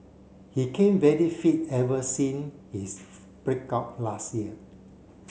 he came very fit ever since his break up last year